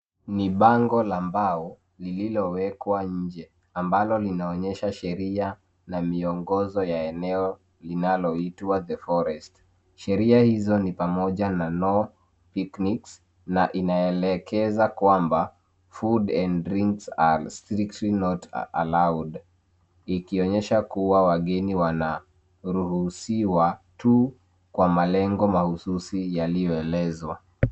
Ni bango la mbao lililowekwa nje ambalo linaonyesha sheria na miongozo ya eneo linaloitwa The Forest. Sheria hizo ni pamoja na no picnics na inaelekeza kwamba food and drinks are strictly not allowed ikionyesha kuwa wageni wanaruhusiwa tu kwa malengo mahususi yaliyoelezwa.